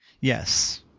Yes